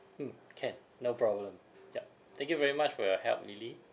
mm can no problem yup thank you very much for your help lily